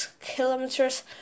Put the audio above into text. kilometers